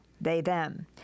they-them